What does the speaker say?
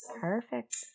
Perfect